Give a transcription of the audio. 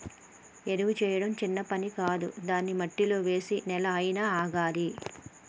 ఎరువు చేయడం చిన్న పని కాదు దాన్ని మట్టిలో వేసి నెల అయినా ఆగాలి